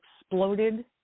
exploded